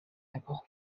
ago